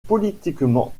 politiquement